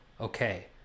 okay